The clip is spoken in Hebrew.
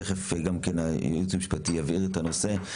תכף הייעוץ המשפטי יבהיר את הנושא.